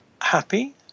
happy